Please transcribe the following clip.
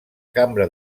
cambra